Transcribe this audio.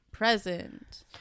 present